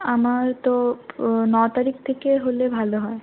আমার তো ন তারিখ থেকে হলে ভালো হয়